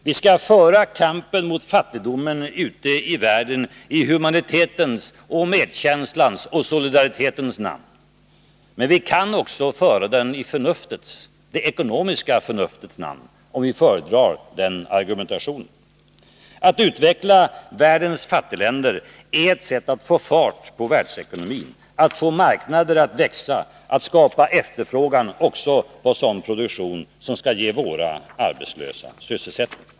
Vi skall föra "kampen mot fattigdomen ute i världen i humanitetens, medkänslans och solidaritetens namn. Men vi kan också föra den i det ekonomiska förnuftets namn, om den argumentationen föredras. Att utveckla världens fattigländer är ett sätt att få fart på världsekonomin, att få marknader att växa och att skapa efterfrågan även på sådana produkter som kan ge våra arbetslösa sysselsättning.